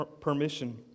permission